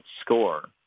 score